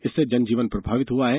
इससे जनजीवन प्रभावित हुआ है